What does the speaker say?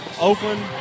Oakland